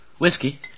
Whiskey